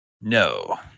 No